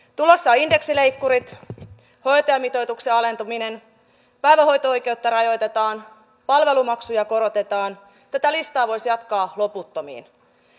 tulossa on indeksileikkurit hoitajamitoituksen alentuminen päivähoito oikeutta rajoitetaan palvelumaksuja korotetaan tätä listaa voisi jatkaa loputtomiin